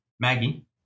Maggie